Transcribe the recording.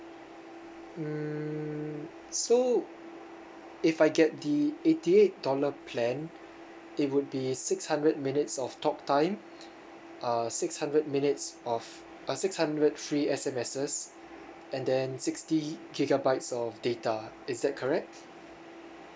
mm so if I get the eighty eight dollar plan it would be six hundred minutes of talk time uh six hundred minutes of uh six hundred free S_M_Ss and then sixty gigabytes of data is that correct